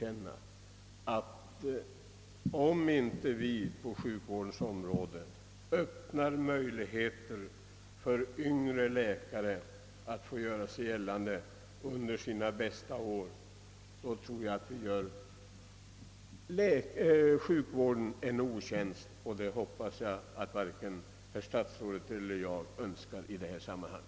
Jag tror dock att om det inte öppnas möjligheter för yngre läkare att verka på ledande poster under sina bästa år, gör man sjukvården en otjänst och detta önskar säkert varken statsrådet eller jag.